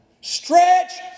Stretch